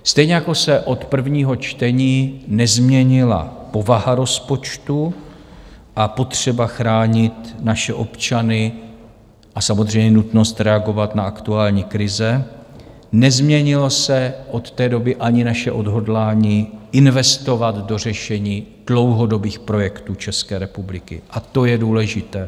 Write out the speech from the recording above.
Stejně jako se od prvního čtení nezměnila povaha rozpočtu a potřeba chránit naše občany a samozřejmě nutnost reagovat na aktuální krize, nezměnilo se od té doby ani naše odhodlání investovat do řešení dlouhodobých projektů České republiky, a to je důležité.